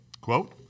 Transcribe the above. quote